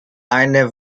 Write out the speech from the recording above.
eine